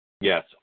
Yes